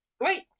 great